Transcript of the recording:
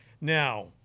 Now